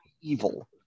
evil